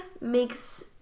makes